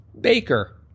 Baker